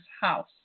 house